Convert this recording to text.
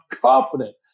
confident